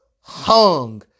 hung